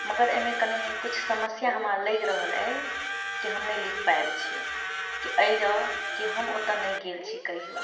मगर एहिमे कनि किछु समस्या हमरा लागि रहल अइ कि हम नहि लिख पाबैत छियै कि एहि लऽ की हम ओतऽ नहि गेल छी कहिओ